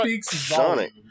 Sonic